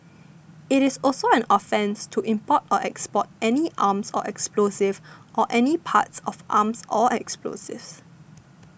it is also an offence to import or export any arms or explosives or any parts of arms or explosives